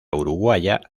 uruguaya